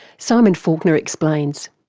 simon faulkner explains.